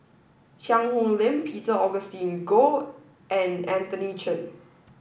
Cheang Hong Lim Peter Augustine Goh and Anthony Chen